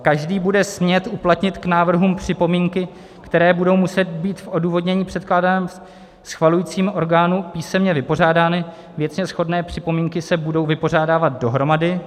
Každý bude smět uplatnit k návrhům připomínky, které budou muset být v odůvodnění předkládaném schvalujícímu orgánu písemně vypořádány, věcně shodné připomínky se budou vypořádávat dohromady.